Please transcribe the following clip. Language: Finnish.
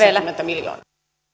leikataan satayhdeksänkymmentä miljoonaa